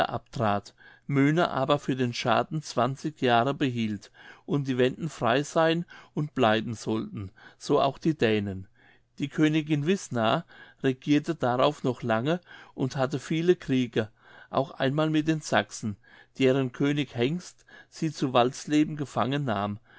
abtrat möne aber für den schaden zwanzig jahre behielt und die wenden frei sein und bleiben sollten so auch die dänen die königin wißna regierte darauf noch lange und hatte viele kriege auch einmal mit den sachsen deren könig hengst sie zu walsleben gefangen nahm